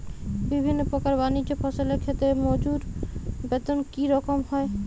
বিভিন্ন প্রকার বানিজ্য ফসলের ক্ষেত্রে মজুর বেতন কী রকম হয়?